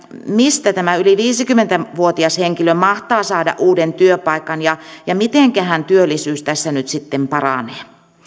mistä tämä yli viisikymmentä vuotias henkilö mahtaa saada uuden työpaikan ja ja mitenkähän työllisyys tässä nyt sitten paranee